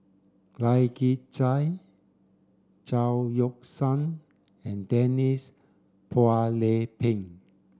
Lai Kew Chai Chao Yoke San and Denise Phua Lay Peng